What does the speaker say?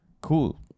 Cool